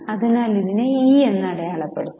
അതിനാൽ അതിനെ E എന്ന് അടയാളപ്പെടുത്താം